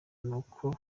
nuko